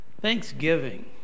thanksgiving